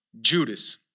Judas